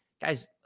guys